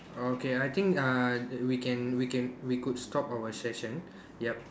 oh okay I think uh we can we can we could stop our session yup